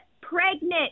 pregnant